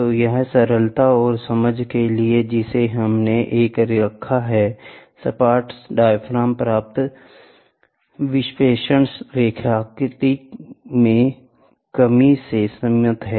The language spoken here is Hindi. तो यह सरलता और समझ के लिए है जिसे हमने एक रखा है सपाट डायाफ्राम द्वारा प्राप्त विक्षेपण रैखिकता की कमी से सीमित है